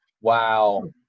Wow